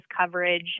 coverage